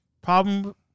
Problem